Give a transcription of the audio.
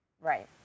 Right